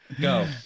Go